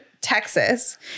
Texas